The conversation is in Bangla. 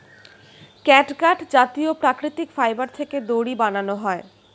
ক্যাটগাট জাতীয় প্রাকৃতিক ফাইবার থেকে দড়ি বানানো হয়